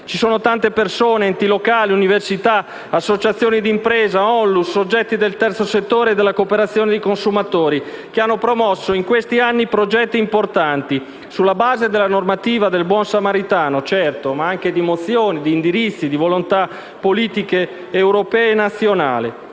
Ci sono tante persone, enti locali, università, associazioni di impresa, ONLUS, soggetti del terzo settore e della cooperazione (di consumatori), che hanno promosso in questi anni progetti importanti, sulla base della normativa del buon samaritano, certo, ma anche sulla base di mozioni, di indirizzi, di volontà politiche europee e nazionali.